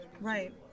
Right